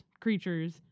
creatures